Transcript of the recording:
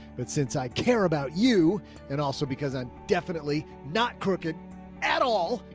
but since i care about you and also because i'm definitely not crooked at all,